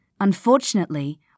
Unfortunately